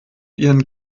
ihren